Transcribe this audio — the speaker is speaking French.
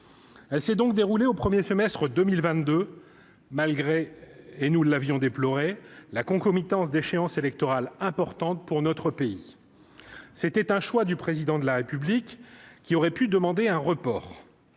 elle s'est donc déroulée au 1er semestre 2022 malgré et nous l'avions déploré la concomitance d'échéances électorales importantes pour notre pays, c'était un choix du président de la République qui aurait pu demander un report